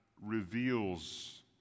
reveals